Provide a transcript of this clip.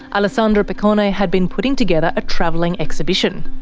alessandra piccone had been putting together a travelling exhibition.